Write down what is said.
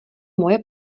moje